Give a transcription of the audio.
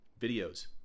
videos